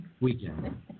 weekend